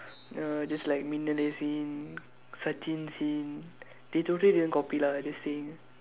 uh this is like Minnale scene Sachin scene they totally didn't copy lah but just saying